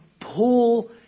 pull